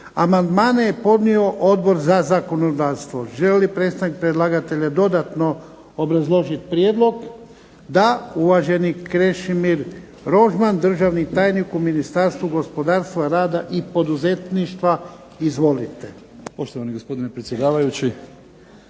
Amandmane je podnio Odbor za zakonodavstvo. Želi li predstavnik predlagatelja dodatno obrazložiti prijedlog? Da. Uvaženi Krešimir Rožman, državni tajnik u Ministarstvu gospodarstva, rada i poduzetništva. Izvolite. **Rožman, Krešimir** Poštovani gospodine predsjedavajući,